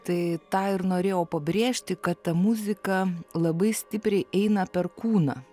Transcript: tai tą ir norėjau pabrėžti kad ta muzika labai stipriai eina per kūną